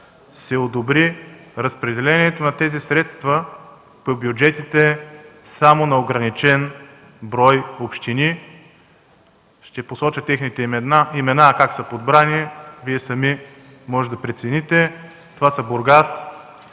се одобри разпределението на тези средства в бюджетите само на ограничен брой общини – ще посоча техните имена, а как са подбрани, Вие сами можете да прецените – Бургас,